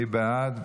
מי בעד?